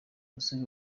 musore